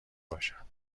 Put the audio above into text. باشد